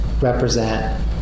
represent